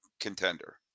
contender